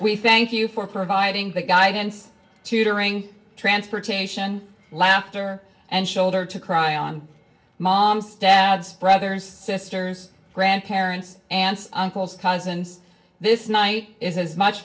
we thank you for providing the guy hands tutoring transportation laughter and shoulder to cry on moms dads brothers sisters grandparents aunts uncles cousins this night is as much